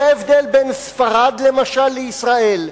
זה ההבדל בין ספרד, למשל, לישראל.